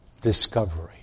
discovery